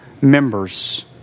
members